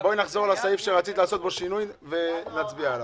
בוא נחזור לסעיף שרצית לעשות בו שינוי ונצביע עליו.